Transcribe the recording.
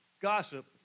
gossip